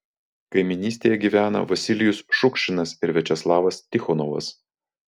kaimynystėje gyveno vasilijus šukšinas ir viačeslavas tichonovas